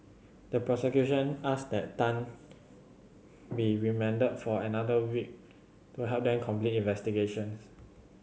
the prosecution asked that Tan be remanded for another week to help them complete investigations